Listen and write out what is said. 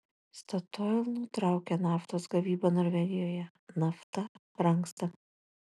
statoil nutraukia naftos gavybą norvegijoje nafta brangsta